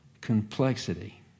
complexity